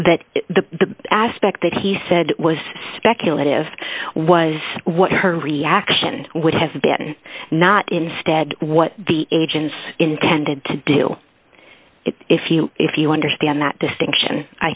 that that the aspect that he said was speculative was what her reaction would have been not instead what the agents intended to do it if you if you understand that